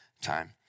time